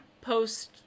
post